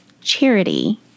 charity